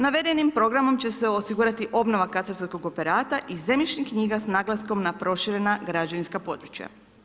Navedenim programom će se osigurati obnova katastarskog operata i zemljišnih knjiga sa naglaskom na proširena građevinska područja.